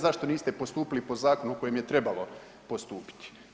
Zašto niste postupili po zakonu po kojem je trebalo postupiti.